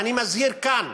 ואני מזהיר כאן,